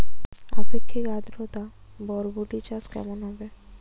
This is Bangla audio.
আপেক্ষিক আদ্রতা বরবটি চাষ কেমন হবে?